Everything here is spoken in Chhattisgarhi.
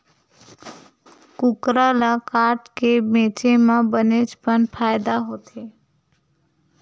कुकरा ल काटके बेचे म बनेच पन फायदा होथे